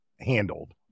handled